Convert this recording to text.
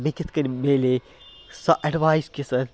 مےٚ کِتھ کٔنۍ مِلے سۄ اٮ۪ڈوایِس